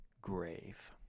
grave